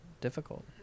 difficult